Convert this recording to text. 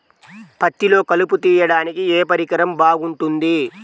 పత్తిలో కలుపు తీయడానికి ఏ పరికరం బాగుంటుంది?